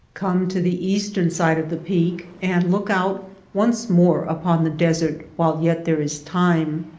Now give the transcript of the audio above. come to the eastern side of the peak and look out once more upon the desert while yet there is time.